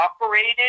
operated